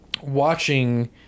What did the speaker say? watching